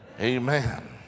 amen